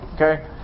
Okay